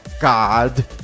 God